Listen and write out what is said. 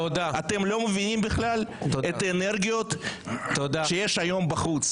אתם לא מבינים בכלל את האנרגיות שיש היום בחוץ.